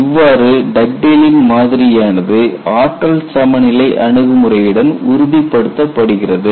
இவ்வாறு டக்டேலின் மாதிரியானது Dugdales model ஆற்றல் சமநிலை அணுகுமுறையுடன் உறுதிப்படுத்தப்படுகிறது